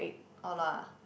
orh lah